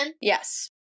Yes